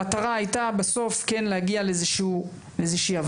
המטרה הייתה בסוף כן להגיע לאיזה שהיא הבנה.